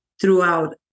throughout